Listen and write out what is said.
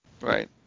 Right